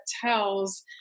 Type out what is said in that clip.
tells